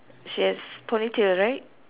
she has ponytail right